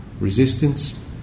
Resistance